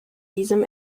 diesem